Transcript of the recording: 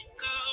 go